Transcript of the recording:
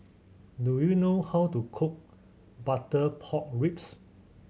do you know how to cook butter pork ribs